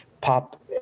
pop